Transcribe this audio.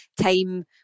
time